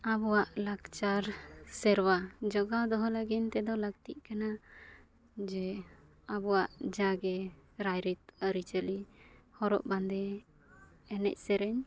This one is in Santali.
ᱟᱵᱚᱣᱟᱜ ᱞᱟᱠᱪᱟᱨ ᱥᱮᱨᱣᱟ ᱡᱚᱜᱟᱣ ᱫᱚᱦᱚ ᱞᱟᱹᱜᱤᱫ ᱛᱮᱫᱚ ᱫᱚᱦᱚ ᱞᱟᱹᱠᱛᱤᱜ ᱠᱟᱱᱟ ᱡᱮ ᱟᱵᱚᱣᱟᱜ ᱡᱟᱜᱮ ᱨᱟᱭ ᱨᱤᱛ ᱟᱹᱨᱤᱼᱪᱟᱹᱞᱤ ᱦᱚᱨᱚᱜ ᱵᱟᱸᱫᱮ ᱮᱱᱮᱡ ᱥᱮᱨᱮᱧ